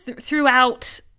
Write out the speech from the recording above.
throughout